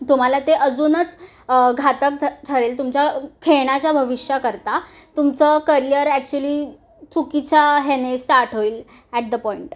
तुम्हाला ते अजूनच घातक ठरेल तुमच्या खेळण्याच्या भविष्याकरता तुमचं करिअर ॲक्च्युली चुकीच्या ह्याने स्टार्ट होईल ॲट द पॉईंट